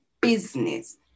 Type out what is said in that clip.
business